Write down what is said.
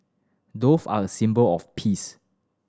dove are a symbol of peace